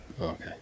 Okay